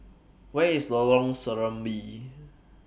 Where IS Lorong Serambi